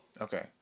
okay